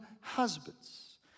husbands